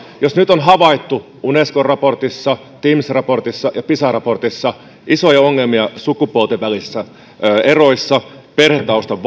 jos nyt on havaittu unescon raportissa timss raportissa ja pisa raportissa isoja ongelmia sukupuolten välisiä eroja sekä perhetaustan